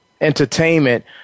entertainment